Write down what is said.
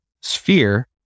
sphere